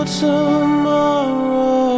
tomorrow